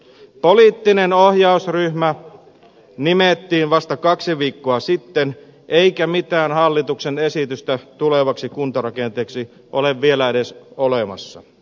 poliittinen ohjausryhmä nimettiin vasta kaksi viikkoa sitten eikä mitään hallituksen esitystä tulevaksi kuntarakenteeksi ole vielä edes olemassa